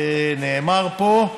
נאמר פה: